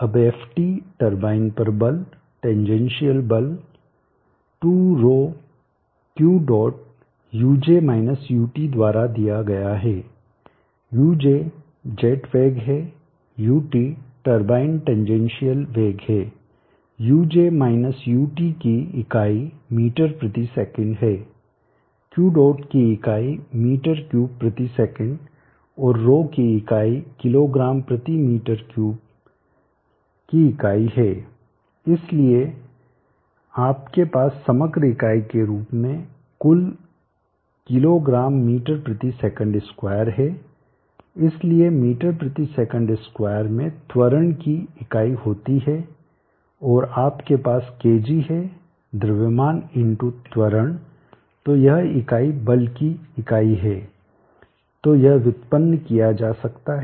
अब Ft turbine पर बल टेनजेनशिअल बल 2ρ Q डॉट द्वारा दिया गया है uj जेट वेग है ut टरबाइन टेनजेनशिअल वेग है uj ut की इकाई m sec है Q डॉट की इकाई m3sec और ρ की इकाई kgm3 की इकाई है इसलिए आपके पास समग्र इकाई के रूप में कुल kg ms2 है इसलिए msec2 में त्वरण की इकाई होती है और आप के पास kg है द्रव्यमान त्वरण तो यह इकाई बल की इकाई है तो यह व्युत्पन्न किया जा सकता है